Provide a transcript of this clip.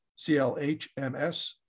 CLHMS